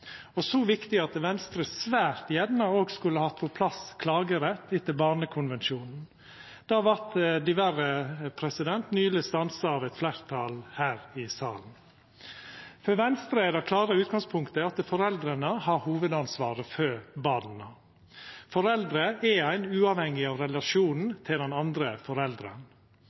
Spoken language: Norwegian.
så viktig at Venstre svært gjerne òg skulle hatt på plass klagerett etter barnekonvensjonen. Det vart diverre nyleg stansa av eit fleirtal her i salen. For Venstre er det klare utgangspunktet at foreldra har hovudansvaret for barna. Forelder er ein – uavhengig av relasjonen til den andre